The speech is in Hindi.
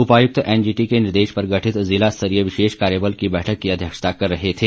उपायुक्त एनजीटी के निर्देश पर गठित जिला स्तरीय विशेष कार्यबल की बैठक की अध्यक्षता कर रहे थे